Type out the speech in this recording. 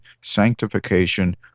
sanctification